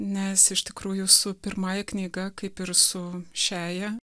nes iš tikrųjų su pirmąja knyga kaip ir su šiąja